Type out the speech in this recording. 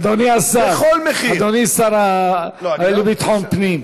אדוני השר, אדוני השר לביטחון פנים,